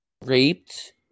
Raped